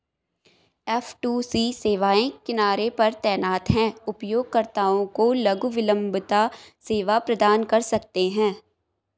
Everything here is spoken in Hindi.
एफ.टू.सी सेवाएं किनारे पर तैनात हैं, उपयोगकर्ताओं को लघु विलंबता सेवा प्रदान कर सकते हैं